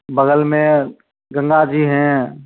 बगल में गंगा जी हैं